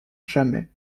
jamais